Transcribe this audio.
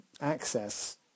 access